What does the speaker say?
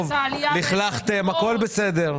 לכלכתם, הכול בסדר.